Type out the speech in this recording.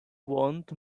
want